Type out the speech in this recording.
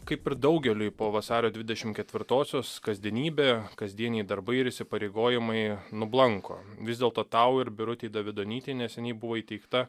kaip ir daugeliui po vasario dvidešim ketvirtosios kasdienybė kasdieniai darbai ir įsipareigojimai nublanko vis dėlto tau ir birutei davidonytei neseniai buvo įteikta